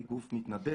היא גוף מתנדב.